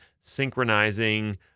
synchronizing